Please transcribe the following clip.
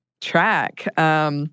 track